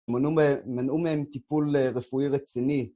מנעו מהם טיפול רפואי רציני